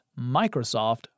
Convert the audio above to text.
Microsoft